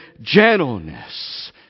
gentleness